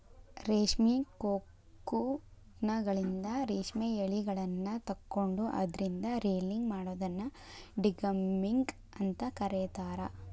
ರೇಷ್ಮಿ ಕೋಕೂನ್ಗಳಿಂದ ರೇಷ್ಮೆ ಯಳಿಗಳನ್ನ ತಕ್ಕೊಂಡು ಅದ್ರಿಂದ ರೇಲಿಂಗ್ ಮಾಡೋದನ್ನ ಡಿಗಮ್ಮಿಂಗ್ ಅಂತ ಕರೇತಾರ